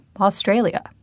Australia